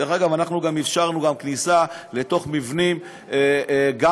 דרך אגב, גם אפשרנו כניסה לתוך מבנים גם,